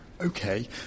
Okay